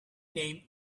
name